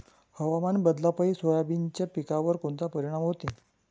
हवामान बदलापायी सोयाबीनच्या पिकावर कोनचा परिणाम होते?